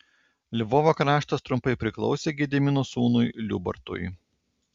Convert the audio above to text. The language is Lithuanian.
lvovo kraštas trumpai priklausė gedimino sūnui liubartui